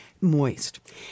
moist